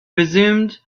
resumed